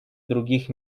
других